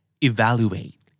Evaluate